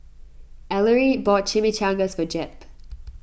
Ellery bought Chimichangas for Jep